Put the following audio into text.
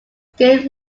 gained